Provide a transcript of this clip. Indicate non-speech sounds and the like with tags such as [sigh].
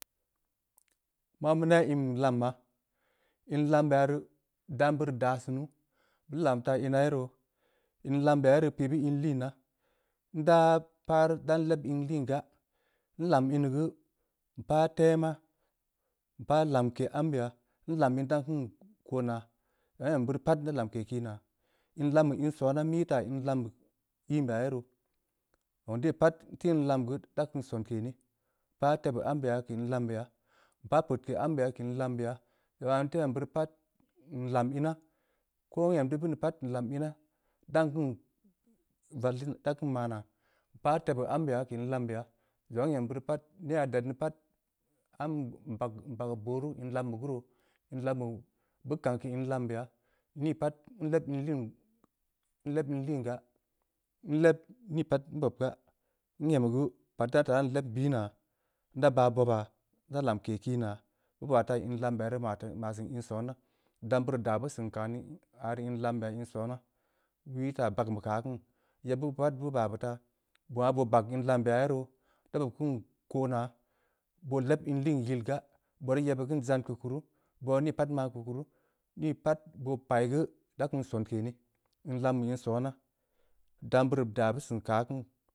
Ma meu neb in be lamma, in lamnbe aah rii. dam beuri da sunu. beu lam taa inaa ye roo. in lambeya ye roo pii beu in liinaa, nda paru nden leb inliin gaa. nlam ini geu, npah tema. npah lamke ambeya, nlam in dan konaa. zongha n’em beuri pat nda lamke kii naa. in lambe in sona, meu ii taa in lambe ya ye roo. zong de pat nteu in lam geu, da kum sonke ni. npah tebeu ambe keu in lambeya, npah peuke ambe keu in lambeya, zongha nteu em beuri pat, nlam ina. ko nem teu bini pat nlam ina. dan keun vallin [unintelligible] dan keun manaa. npah tebeu ambe keu in lambeya. zongha nyem beuri geu pat, neyha ded dii geu pat. am-am nbageu booruu, in lambe gu roo, in lambe beu kang keu in lambeya. ni pat nleb inliin, nleb inliin gaa, nleb nlep nii pat nbob gaa, nyem ya gu, pa nda taa lebl binaa. nda bah boba. nda lamke kiinaa, beu baa taa in lambe ya rii ma sun in sona, dam beu ri daa beu seun kaa nii, aah rii in lambeya rii maa seun in sona. beu ii taa bagn beh keu aah kin. yeb beu pat beu baa beu taa, beu aah boo bag in lambeya ye roo. da beu keun kona, boo leb inliin yilgaa. boo ra yebbeud keun zaan keu kuru, boo da ni pat man keu kuru nii pat boo pai geu, da kum sonke ni. in lambe in sonaa. dam beuri daa beu seun keu aah kin.